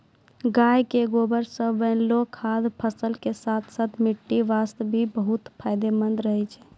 गाय के गोबर सॅ बनैलो खाद फसल के साथॅ साथॅ मिट्टी वास्तॅ भी बहुत फायदेमंद रहै छै